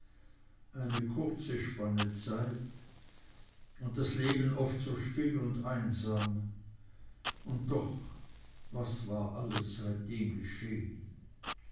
eine kurze spanne zeit und das leben oft so still und einsam und doch was war alles seitdem geschehen